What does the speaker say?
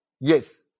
Yes